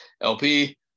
LP